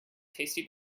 tasty